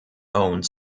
owned